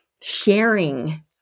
sharing